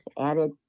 added